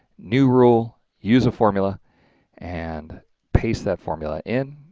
new rule, use a formula and paste that formula in.